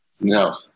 No